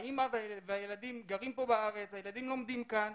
האמא והילדים גרים פה בארץ, הילדים לומדים כאן,